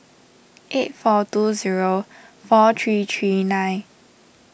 eight four two zero four three three nine